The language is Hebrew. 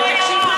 ודאי שאני יכול.